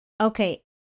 Okay